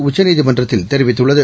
உச்சநீதிமன்றத்தில் தெரிவித்துள்ளது